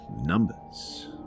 numbers